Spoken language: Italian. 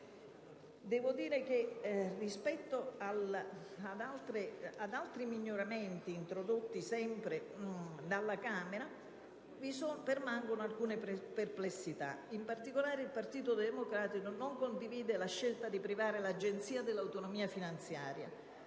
Devo dire che, rispetto ad altri miglioramenti, sempre introdotti dalla Camera, permangono alcune perplessità. In particolare, il Partito Democratico non condivide la scelta di privare l'Agenzia della sua autonomia finanziaria,